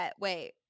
wait